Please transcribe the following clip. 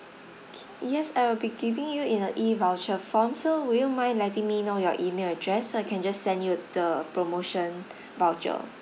K yes I will be giving you in a E voucher form so would you mind letting me know your email address so I can just send you the promotion voucher